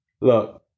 look